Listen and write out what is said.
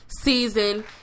season